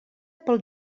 pel